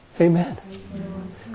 Amen